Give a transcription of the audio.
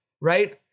Right